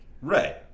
Right